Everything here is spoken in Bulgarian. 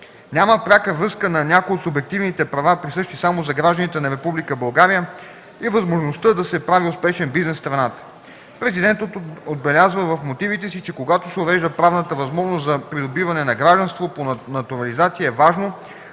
Няма пряка връзка на някое от субективните права, присъщи само за гражданите на Република България, и възможността да се прави успешен бизнес в страната. Президентът отбелязва в мотивите си, че когато се урежда правната възможност за придобиване на гражданство по натурализация, е важно